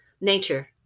nature